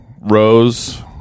Rose